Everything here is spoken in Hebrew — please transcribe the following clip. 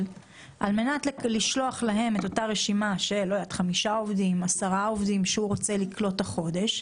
על מנת לשלוח להם רשימה של כמה עובדים הוא רוצה לקלוט החודש,